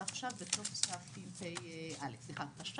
ועכשיו ולצערי גם אירועים של חשש